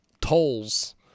tolls